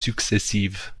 successives